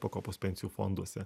pakopos pensijų fonduose